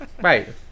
Right